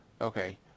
okay